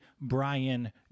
Brian